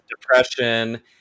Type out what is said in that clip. depression